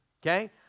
okay